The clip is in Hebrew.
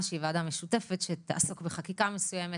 שהיא ועדה משותפת שתעסוק בחקיקה מסוימת.